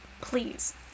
please